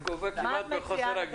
זה גובל כמעט בחוסר הגינות.